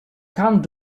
can’t